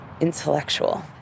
intellectual